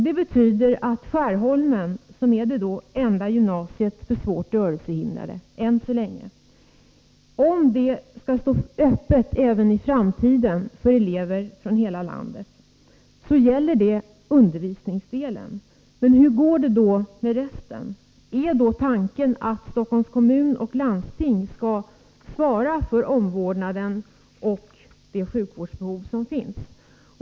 Det betyder att om Skärholmens gymnasium, som än så länge är det enda för svårt rörelsehindrade, även i framtiden skall stå öppet för elever från andra delar av landet, så gäller det undervisningsdelen. Hur går det då med resten? Är tanken att Stockholms läns landsting och Stockholms kommun skall tillgodose alla behov av omvårdnad, sjukvård osv.?